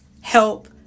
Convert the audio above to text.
help